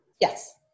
Yes